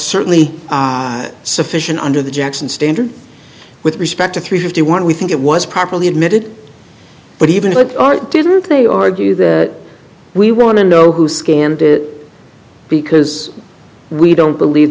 certainly sufficient under the jackson standard with respect to three fifty one we think it was properly admitted but even look at art didn't they argue that we want to know who scanned it because we don't believe